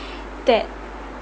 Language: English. that